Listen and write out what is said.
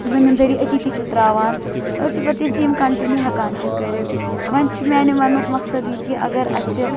زٔمیٖندٲری أتی تہِ چھِ ترٛاوان أڈۍ چھِ پتہٕ تِم تہِ یِم کَنٹِنِیوٗ ہیکان چھِ کٔرِتھ وَنہِ چھُ میانہِ وَننُک مَقصَد یہِ کہِ اگر اَسہِ